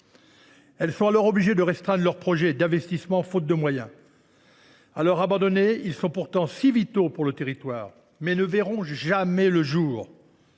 Elles sont alors obligées de restreindre leurs projets d’investissement, faute de moyens. Ces projets abandonnés sont pourtant vitaux pour le territoire, mais ils ne verront jamais le jour